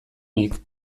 nik